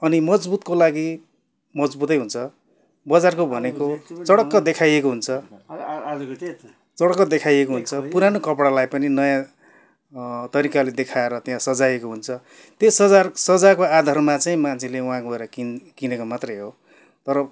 अनि मजबुतको लागि मजबुतै हुन्छ बजारको भनेको चडक्क देखाइएको हुन्छ चडक्क देखाइएको हुन्छ पुरानो कपडालाई पनि नयाँ तरिकाले देखाएर त्यहाँ सजाइएको हुन्छ त्यो सजा सजाएको आधारमा चाहिँ मान्छेले वहाँ गएर किन् किनेको मात्रै हो तर